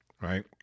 right